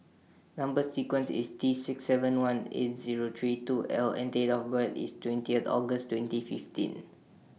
Number sequence IS T six seven one eight Zero three two L and Date of birth IS twentieth August twenty fifteen